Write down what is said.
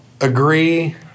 agree